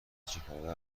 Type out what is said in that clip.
چیکاره